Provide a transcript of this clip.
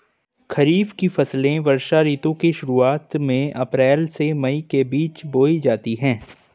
खरीफ की फसलें वर्षा ऋतु की शुरुआत में अप्रैल से मई के बीच बोई जाती हैं